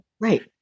Right